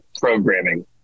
programming